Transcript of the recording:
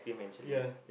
ya